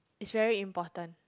is very important